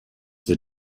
the